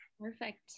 Perfect